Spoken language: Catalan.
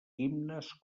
himnes